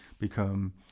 become